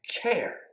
care